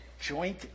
joint